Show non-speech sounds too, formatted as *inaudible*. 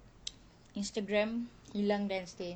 *noise* Instagram hilang then stay